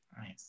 Nice